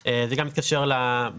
פסקה."; זה גם מתקשר למענק